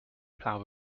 plough